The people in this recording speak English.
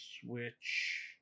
Switch